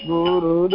Guru